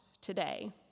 today